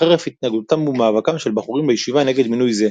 חרף התנגדותם ומאבקם של בחורים בישיבה נגד מינוי זה,